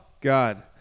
God